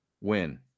Win